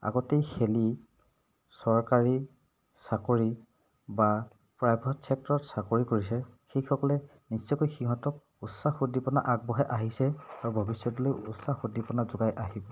আগতেই খেলি চৰকাৰী চাকৰি বা প্ৰাইভেট ছেক্টৰত চাকৰি কৰিছে সেইসকলে নিশ্চয়কৈ সিহঁতক উদ্দীপনা আগবঢ়াই আহিছে আৰু ভৱিষ্যতলৈ উদ্দীপনা যোগাই আহিব